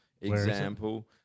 example